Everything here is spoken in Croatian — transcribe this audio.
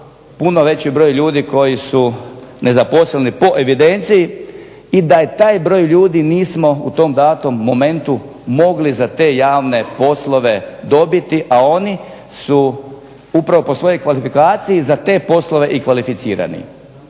puno veći broj ljudi koji su nezaposleni po evidenciji, i da taj broj ljudi nismo u tom datom momentu mogli za te javne poslove dobiti, a oni su upravo po svojoj kvalifikaciji za te poslove i kvalificirani.